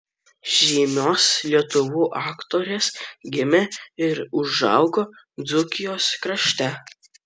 žymios lietuvių aktorės gimė ir užaugo dzūkijos krašte